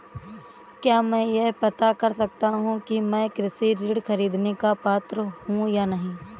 क्या मैं यह पता कर सकता हूँ कि मैं कृषि ऋण ख़रीदने का पात्र हूँ या नहीं?